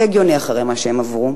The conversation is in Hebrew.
די הגיוני אחרי מה שהם עברו.